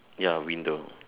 ya window